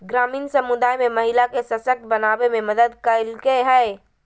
ग्रामीण समुदाय में महिला के सशक्त बनावे में मदद कइलके हइ